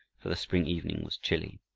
for the spring evening was chilly.